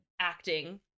acting